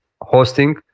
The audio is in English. hosting